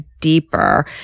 deeper